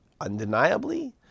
undeniably